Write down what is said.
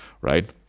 Right